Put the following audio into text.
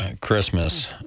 Christmas